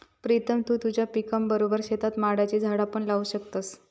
प्रीतम तु तुझ्या पिकाबरोबर शेतात माडाची झाडा पण लावू शकतस